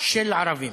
של ערבים.